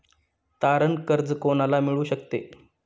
तारण कर्ज कोणाला मिळू शकते?